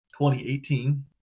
2018